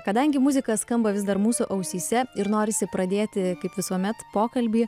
kadangi muzika skamba vis dar mūsų ausyse ir norisi pradėti kaip visuomet pokalbį